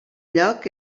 lloc